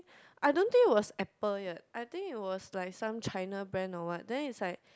I don't think it was Apple yet I think it was like some China brand or what then it's like